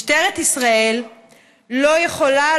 משטרת ישראל לא יכולה,